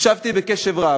הקשבתי בקשב רב.